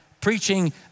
Preaching